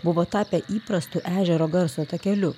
buvo tapę įprastu ežero garso takeliu